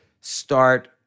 start